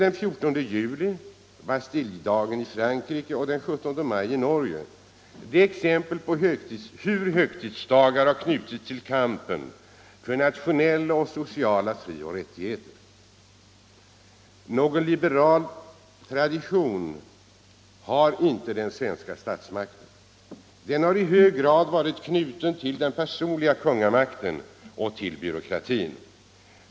Den 14 juli — Bastiljdagen i Frankrike — och den 17 maj i Norge är exempel på hur högtidsdagar har knutits till kampen för nationella och sociala frioch rättigheter. Någon liberal tradition har inte den svenska statsmakten. Den har i hög grad varit knuten till den personliga kungamakten och till byråkratin.